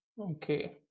Okay